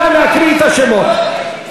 נא להקריא את השמות.